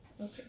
Okay